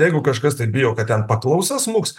jeigu kažkas tai bijo kad ten paklausa smuks